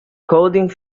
coding